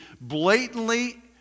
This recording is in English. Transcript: blatantly